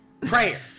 prayer